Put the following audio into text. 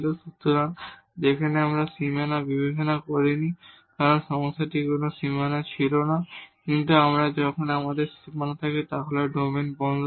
সুতরাং যেখানে আমরা বাউন্ডারি বিবেচনা করিনি কারণ সমস্যাটির কোন বাউন্ডারি ছিল না কিন্তু এখানে যদি আমাদের বাউন্ডারি থাকে তাহলে ডোমেইন বন্ধ থাকে